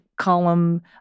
column